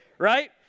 right